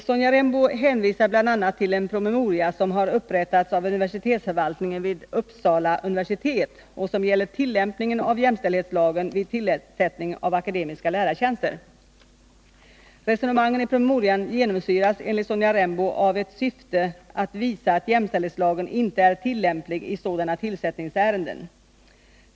Sonja Rembo hänvisar bl.a. till en promemoria som har upprättats av universitetsförvaltningen vid Uppsala universitet och som gäller tillämpning en av jämställdhetslagen vid tillsättning av akademiska lärartjänster. Nr 124 Resonemangen i promemorian genomsyras enligt Sonja Rembo av ett syfte att visa att jämställdhetslagen inte är tillämplig i sådana tillsättningsärenden.